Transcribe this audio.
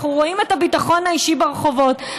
אנחנו רואים את הביטחון האישי ברחובות,